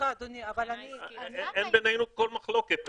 אין בינינו כל מחלוקת.